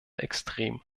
extrem